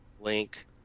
Link